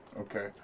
Okay